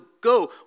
go